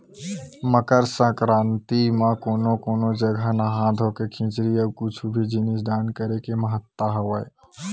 मकर संकरांति म कोनो कोनो जघा नहा धोके खिचरी अउ कुछु भी जिनिस दान करे के महत्ता हवय